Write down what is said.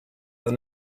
that